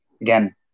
again